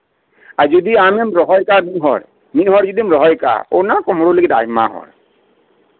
ᱟᱨ ᱡᱩᱫᱤ ᱟᱢᱮᱢ ᱨᱚᱦᱚᱭ ᱟᱠᱟᱫᱟ ᱡᱩᱫᱤ ᱢᱤᱫ ᱦᱚᱲᱮᱢ ᱨᱚᱦᱚᱭ ᱟᱠᱟᱫᱟ ᱚᱱᱟ ᱠᱳᱢᱲᱳ ᱞᱟᱹᱜᱤᱫ ᱫᱚ ᱟᱭᱢᱟ ᱦᱚᱲ